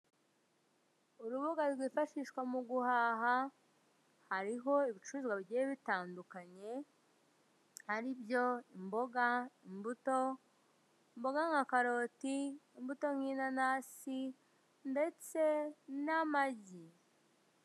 Urubuga rwifashishwa mu guhaha, hariho ibicuruzwa bigiye bitandukanye ari byo imboga, imbuto, mboga nka karoti, imbuto nk'inana ndetse n'amagi.